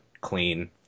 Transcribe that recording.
clean